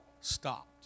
stopped